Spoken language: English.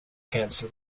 cancer